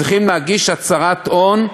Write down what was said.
צריכים להגיש הצהרת הון,